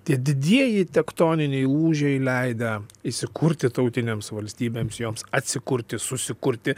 tie didieji tektoniniai lūžiai leidę įsikurti tautinėms valstybėms joms atsikurti susikurti